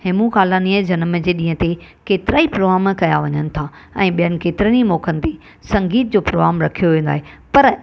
हेमू कालाणीअ जे जनम जे ॾींहं ते केतिरा ई प्रोग्राम कया वञनि था ऐं ॿियनि केतिरनि ई मौक़नि ते संगीत जो प्रोग्राम रखियो वेंदो आहे पर